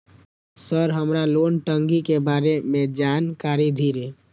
Sir हमरा loan टंगी के बारे में जान कारी धीरे?